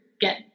get